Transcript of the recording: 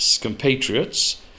compatriots